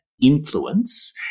influence